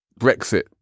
Brexit